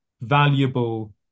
valuable